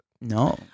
no